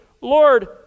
Lord